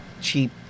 cheap